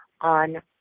on